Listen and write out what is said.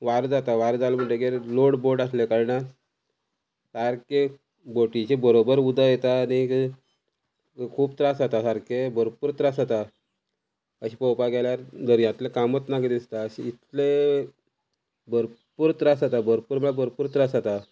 वारो जाता वारो जालो म्हणटगीर लोड बोट आसल्या कारणान सारके बोटीचे बरोबर उद येता आनी खूब त्रास जाता सारके भरपूर त्रास जाता अशें पोंवपा गेल्यार दर्यांतलें कामूत नाका दिसता शीं इतले भरपूर त्रास जाता भरपूर म्हळ्यार भरपूर त्रास जाता